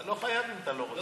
אתה לא חייב אם אתה לא רוצה.